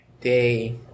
day